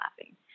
laughing